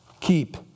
keep